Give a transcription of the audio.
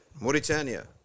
Mauritania